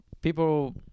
People